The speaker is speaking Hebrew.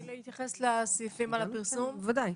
בוודאי.